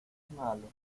malo